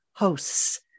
hosts